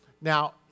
Now